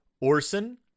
Orson